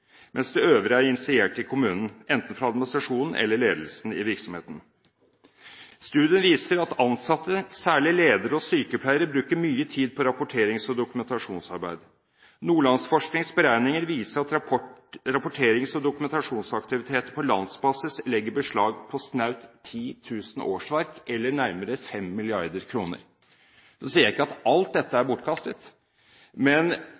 mens det øvrige er initiert i kommunen, enten fra administrasjonen eller fra ledelsen i virksomheten.» Og videre: «Studien viser at ansatte, særlige lederne og sykepleierne bruker mye tid på rapporterings- og dokumentasjonsarbeid. Nordlandsforsknings beregninger viser at rapporterings- og dokumentasjonsaktiviteter på landsbasis legger beslag på snaut 10 000 årsverk, tilsvarende lønnskostnader på nesten fem milliarder kroner.» Nå sier jeg ikke at alt dette er bortkastet, men